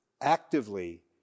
actively